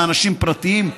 באנשים פרטיים,